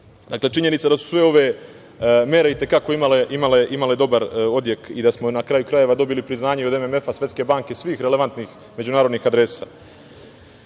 činjenica da su sve ove mere i te kako imale dobar odjek i da smo na kraju krajeva dobili priznanje od MMF, Svetske banke, svih relevantnih međunarodnih adresa. Kada